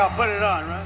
ah put it on, right?